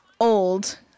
old